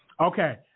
Okay